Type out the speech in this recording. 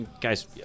Guys